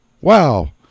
wow